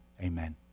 Amen